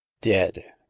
Dead